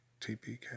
TPK